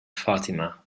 fatima